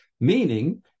meaning